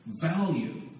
value